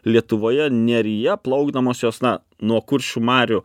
lietuvoje neryje plaukdamos jos na nuo kuršių marių